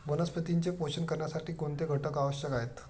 वनस्पतींचे पोषण करण्यासाठी कोणते घटक आवश्यक आहेत?